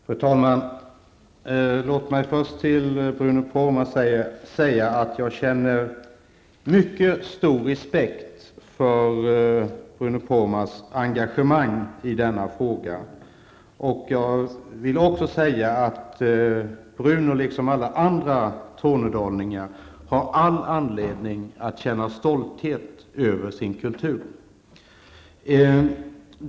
Fru talman! Låt mig först till Bruno Poromaa säga att jag känner mycket stor respekt för hans engagemang i denna fråga. Jag vill också säga att Bruno Poromaa, liksom alla andra tornedalingar, har all anledning att känna stolthet över sin kultur.